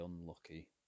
unlucky